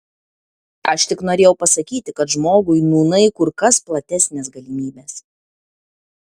aš tik norėjau pasakyti kad žmogui nūnai kur kas platesnės galimybės